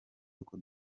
uko